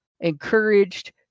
encouraged